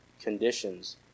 conditions